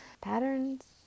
patterns